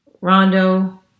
Rondo